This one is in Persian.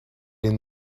این